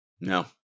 No